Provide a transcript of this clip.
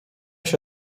się